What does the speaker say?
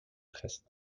presst